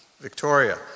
Victoria